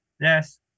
yes